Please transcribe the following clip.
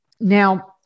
Now